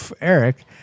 Eric